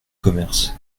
commerces